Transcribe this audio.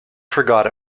forgot